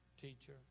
teacher